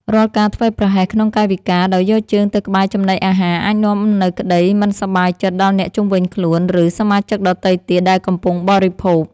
រាល់ការធ្វេសប្រហែសក្នុងកាយវិការដោយយកជើងទៅក្បែរចំណីអាហារអាចនាំមកនូវក្តីមិនសប្បាយចិត្តដល់អ្នកជុំវិញខ្លួន ឬ សមាជិកដទៃទៀតដែលកំពុងបរិភោគ។